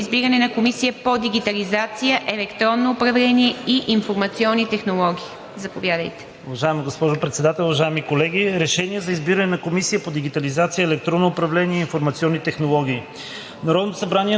Проект на решение за избиране на Комисия по дигитализация, електронно управление и информационни технологии. Заповядайте.